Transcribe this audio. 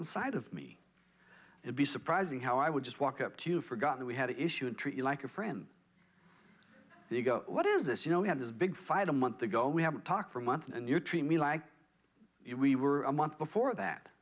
inside of me and be surprising how i would just walk up to you forgot that we had an issue and treat you like a friend and you go what is this you know we had this big fight a month ago we haven't talked for months and you treat me like we were a month before that